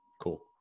Cool